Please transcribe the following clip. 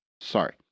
Sorry